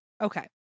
Okay